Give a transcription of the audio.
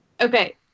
Okay